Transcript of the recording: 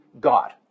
God